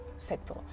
sector